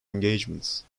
engagements